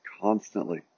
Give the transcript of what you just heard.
constantly